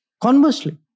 Conversely